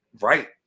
right